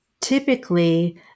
typically